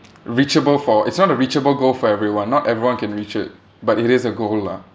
reachable for it's not a reachable goal for everyone not everyone can reach it but it is a goal lah